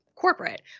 corporate